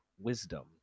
wisdom